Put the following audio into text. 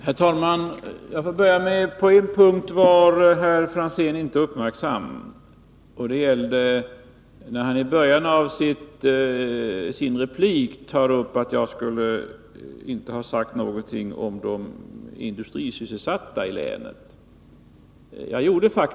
Herr talman! På en punkt var herr Franzén inte uppmärksam, nämligen när han i början av sitt senaste inlägg påstod att jag inte hade sagt något om de industrisysselsatta i länet.